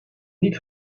niet